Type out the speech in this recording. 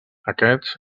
aquests